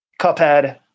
Cuphead